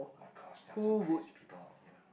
oh-my-gosh there are some crazy people out here